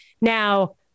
Now